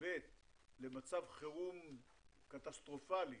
ולמצב חירום קטסטרופלי,